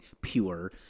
pure